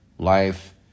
Life